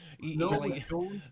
No